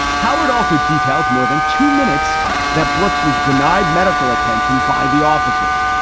howard also details more than two minutes that brooks was denied medical attention by the officers.